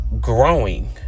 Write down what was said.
growing